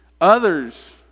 others